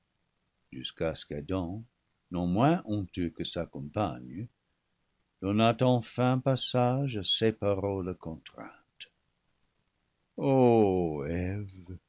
jusqu'à ce qu'adam non moins honteux que sa compagne donnât enfin passage à ces paroles contraintes